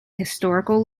historical